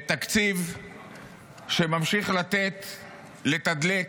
תקציב שממשיך לתדלק